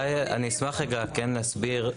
אני אשמח כן להסביר.